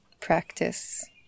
practice